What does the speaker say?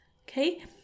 okay